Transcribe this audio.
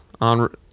on